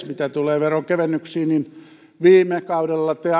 mitä tulee veronkevennyksiin niin viime kaudella te